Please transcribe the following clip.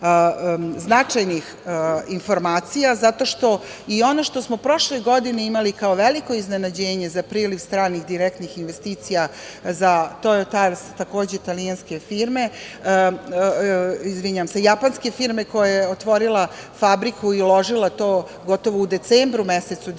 značajnih informacija, zato što i ono što smo prošle godine imali kao veliko iznenađenje za priliv stranih direktnih investicija za japanske firme koja je otvorila fabriku i uložila to gotovo u decembru mesecu 2020.